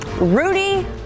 Rudy